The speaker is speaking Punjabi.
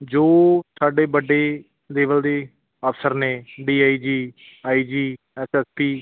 ਜੋ ਸਾਡੇ ਵੱਡੇ ਲੇਵਲ ਦੇ ਅਫਸਰ ਨੇ D I G I G S S P